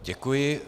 Děkuji.